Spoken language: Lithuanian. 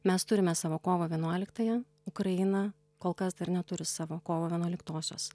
mes turime savo kovo vienuoliktąją ukraina kol kas dar neturi savo kovo vienuoliktosios